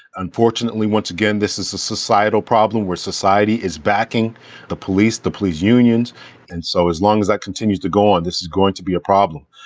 unfortunately once again, this is a societal problem where society is backing the police, the police unions and so as long as that continues to go on, this is going to be a problem.